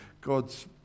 God's